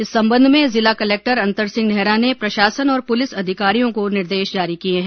इस संबंध में जिला कलेक्टर अंतर सिंह नेहरा ने प्रशासन और पुलिस अधिकारियों को निर्देश जारी किए हैं